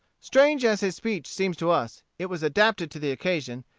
strange as his speech seems to us, it was adapted to the occasion,